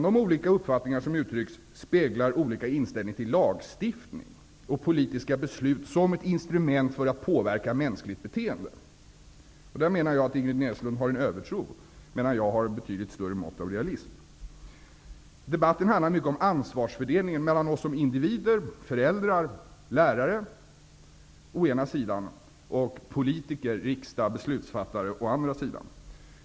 De olika uppfattningar som uttrycks speglar olika inställning till lagstiftningen och politiska beslut som instrument för att påverka mänskligt beteende. Jag menar att Ingrid Näslund har en övertro på detta, medan jag har ett betydligt större mått av realism. Debatten handlar mycket om ansvarsfördelningen mellan å ena sidan oss som individer, föräldrar och lärare, å andra sidan politiker, riksdag och beslutsfattare.